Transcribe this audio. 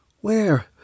Where